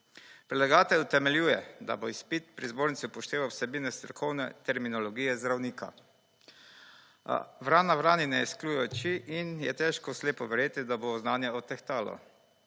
Predlagatelj utemeljuje, da bo izpit pri zbornici upošteval vsebine strokovne terminologije zdravnika. A vrana vrani ne izkljuje oči in je težko slepo verjeti, da ob znanje odtehtalo.